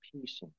peace